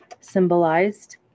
Symbolized